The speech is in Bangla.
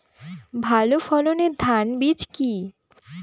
ভালো ফলনের ধান বীজ কি?